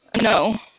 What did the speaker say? No